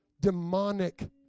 demonic